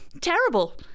terrible